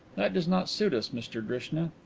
that does not suit us, mr drishna.